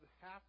half